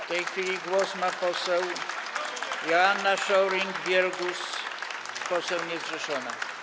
W tej chwili głos ma poseł Joanna Scheuring-Wielgus, poseł niezrzeszona.